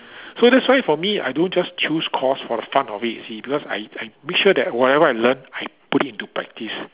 so that's why for me I don't just choose course for the fun of it you see because I I make sure that whatever I learn I put into practice